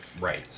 Right